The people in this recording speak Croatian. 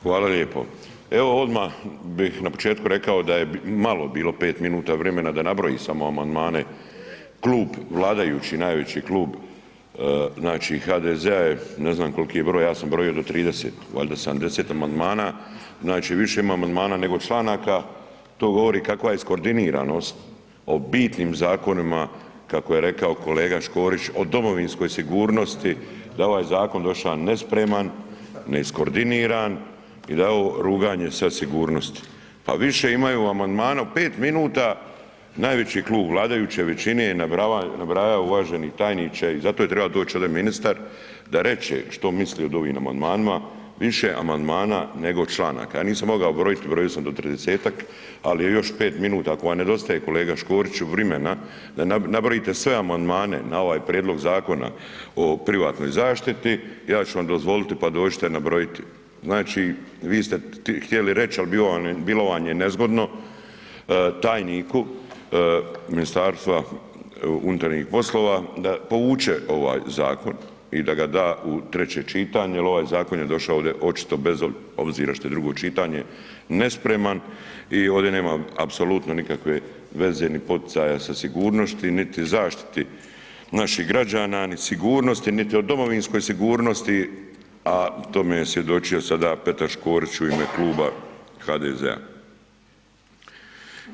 Hvala lijepo, evo odma bih na početku rekao da je malo bilo 5 minuta vremena da nabroji samo amandmane klub vladajući, najveći klub, znači HDZ-a je, ne znam kolki je broj, ja sam brojio do 30, valjda 70 amandmana, znači više imamo amandmana nego članaka, to govori kakva je iskordiniranost o bitnim zakonima kako je rekao kolega Škorić, o domovinskoj sigurnosti, da je ovaj zakon doša nespreman, neiskordiniran i da je ovo ruganje sa sigurnosti, pa više imaju amandmana u 5 minuta, najveći klub vladajuće većine je nabrajao uvaženi tajniče i zato je triba doć ovdje ministar da reče što misli od ovim amandmanima, više amandmana nego članaka, ja nisam mogao brojit, brojio sam do 30-tak, ali je još 5 minuta, ako vam nedostaje kolega Škoriću vrimena da nabrojite sve amandmane na ovaj prijedlog Zakona o privatnoj zaštiti ja ću vam dozvoliti, pa dođite nabrojiti, znači vi ste htjeli reći, al bilo vam je nezgodno tajniku MUP-a da povuče ovaj zakon i da ga da u treće čitanje jel ovaj zakon je došao ovdje očito bez obzira što je drugo čitanje, nespreman i ovdje nema apsolutno nikakve veze ni poticaja sa sigurnosti, niti zaštiti naših građana, ni sigurnosti, niti o domovinskoj sigurnosti, a tome je svjedočio sada Petar Škorić u ime Kluba HDZ-a.